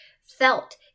felt